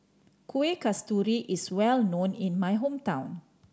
Kueh Kasturi is well known in my hometown